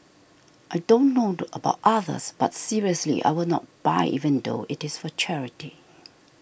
I don't know about others but seriously I will not buy even though it is for charity